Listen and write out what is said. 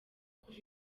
kuva